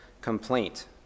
complaint